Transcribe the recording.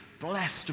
Blessed